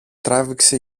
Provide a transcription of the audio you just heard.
τράβηξε